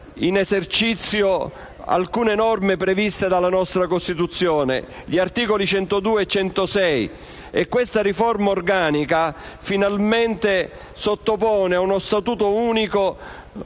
in esercizio alcune norme previste dalla nostra Costituzione agli articoli 102 e 106. Questa riforma organica finalmente sottopone la magistratura